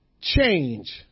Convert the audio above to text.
Change